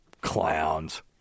clowns